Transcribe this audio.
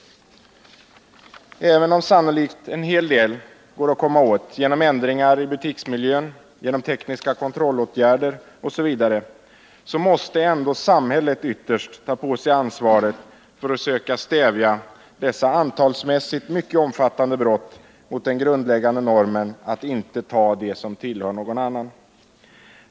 Även om sannolikt en del snatterier går att komma åt genom ändringar i butiksmiljön, genom tekniska kontrollåtgärder osv. måste ändå samhället ytterst ta på sig ansvaret för att söka stävja dessa antalsmässigt mycket omfattande brott mot den grundläggande normen att inte ta det som tillhör någon annan.